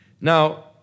Now